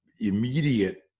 immediate